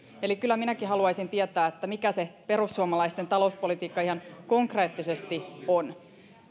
eli kyllä minäkin haluaisin tietää mikä se perussuomalaisten talouspolitiikka ihan konkreettisesti on